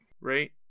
right